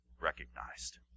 recognized